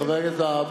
חבר הכנסת והבה,